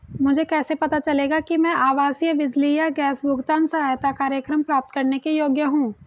मुझे कैसे पता चलेगा कि मैं आवासीय बिजली या गैस भुगतान सहायता कार्यक्रम प्राप्त करने के योग्य हूँ?